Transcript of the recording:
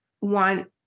want